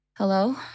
Hello